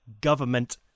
government